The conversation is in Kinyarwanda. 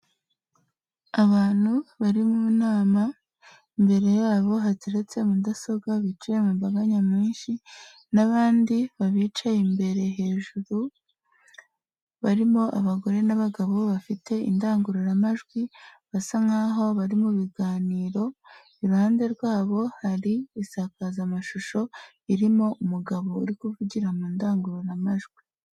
Abantu bari mu nama mbere yabo hateretse mudasobwa bicaye mu mbaga nyamwinshi n'abandi babicaye imbere hejuru barimo abagore n'abagabo bafite indangururamajwi basa nkaho bari mu biganiro, iruhande rwabo hari isakazamashusho irimo umugabo uri kuvugira mu ndangururamajwi.